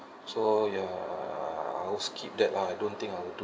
so ya uh I'll skip that lah I don't think I will do